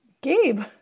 Gabe